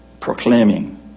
proclaiming